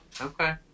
Okay